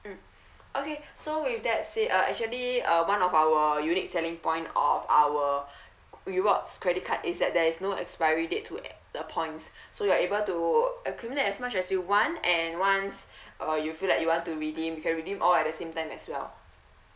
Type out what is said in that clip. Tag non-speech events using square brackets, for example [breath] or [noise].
mm okay so with that say uh actually uh one of our unique selling point of our [breath] rewards credit card is that there is no expiry date to eh the points so you are able to accumulate as much as you want and once [breath] uh you feel like you want to redeem you can redeem all at the same time as well